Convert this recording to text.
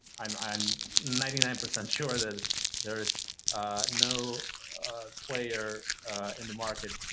i'm i'm ninety nine percent sure that there is no player in the market